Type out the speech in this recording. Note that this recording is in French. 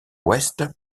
ouest